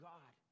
God